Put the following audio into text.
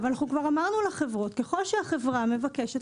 אנחנו כבר אמרנו לחברות שככל שהחברה מבקשת